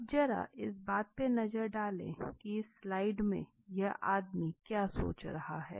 अब जरा इस पर नजर डालते हैं की इस स्लाइड में यह आदमी क्या सोच रहा है